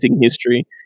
history